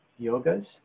yogas